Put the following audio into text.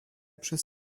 przez